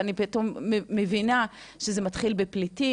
ואני פתאום מבינה שזה מתחיל בפליטים,